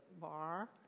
bar